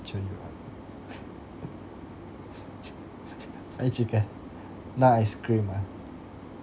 cheer you up I eat chicken not ice cream ah